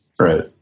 Right